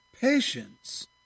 patience